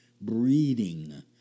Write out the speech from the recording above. breeding